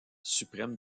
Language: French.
suprême